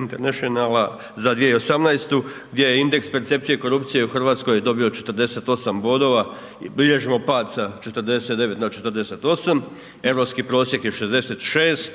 Internationala za 2018. gdje je indeks percepcije korupcije u Hrvatskoj dobio 48 bodova i bilježimo pad sa 49 na 48. europski prosjek je 66